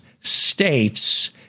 states